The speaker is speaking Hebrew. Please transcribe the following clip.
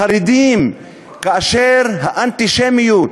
חרדים כאשר האנטישמיות